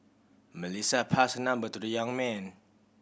Melissa passed her number to the young man